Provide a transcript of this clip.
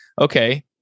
okay